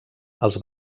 els